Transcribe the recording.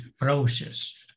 process